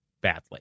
badly